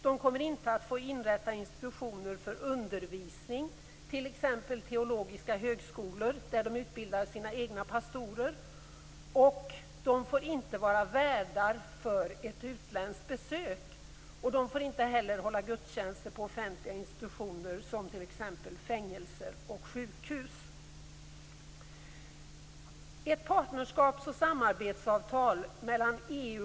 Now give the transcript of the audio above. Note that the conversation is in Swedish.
De kommer inte att få inrätta institutioner för undervisning, t.ex. teologiska högskolor där de utbildar sina egna pastorer. De får inte vara värdar för ett utländskt besök, och de får inte heller hålla gudstjänster på offentliga institutioner som fängelser och sjukhus.